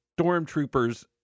stormtroopers